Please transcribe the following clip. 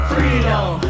Freedom